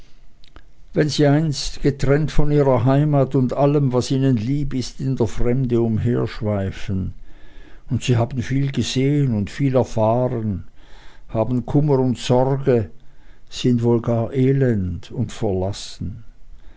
wenn sie einst getrennt von ihrer heimat und allem was ihnen lieb ist in der fremde umherschweifen und sie haben viel gesehen und viel erfahren haben kummer und sorge sind wohl gar elend und verlassen